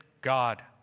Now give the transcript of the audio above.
God